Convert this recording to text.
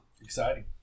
Exciting